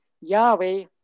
Yahweh